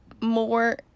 more